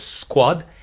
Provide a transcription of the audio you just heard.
squad